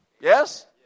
Yes